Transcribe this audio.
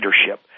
leadership